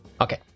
Okay